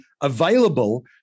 available